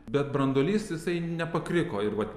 bet branduolys jisai nepakriko ir vat